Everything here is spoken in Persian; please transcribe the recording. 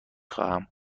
خواهم